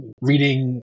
reading